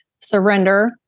Surrender